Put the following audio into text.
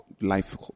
Life